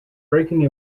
breaking